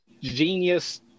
genius